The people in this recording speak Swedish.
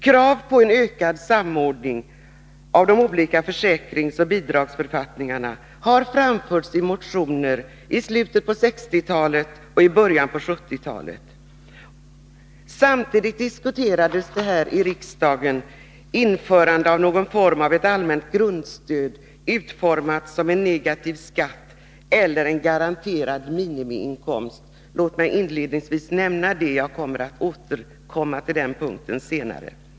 Krav på en ökad samordning av de olika försäkringsoch bidragsförfattningarna har framförts i motioner i slutet av 1960-talet och i början av 1970-talet. Samtidigt diskuterades det här i riksdagen införandet av någon form av ett allmänt grundstöd, utformat som en negativ skatt eller en garanterad minimiinkomst. Låt mig inledningsvis nämna det — jag återkom mer till den punkten senare.